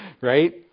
right